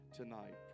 tonight